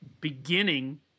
beginning